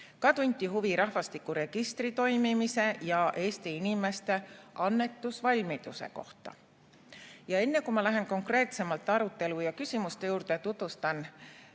Ka tunti huvi rahvastikuregistri toimimise ja Eesti inimeste annetusvalmiduse vastu. Ja enne, kui ma lähen konkreetsemalt arutelu ja küsimuste juurde, tutvustan